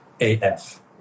AF